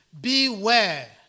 Beware